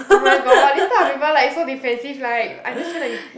oh my god this type of people like so defensive like I'm just trying to